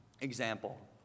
example